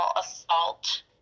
assault